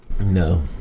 no